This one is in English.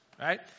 right